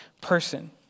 person